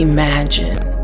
Imagine